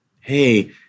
hey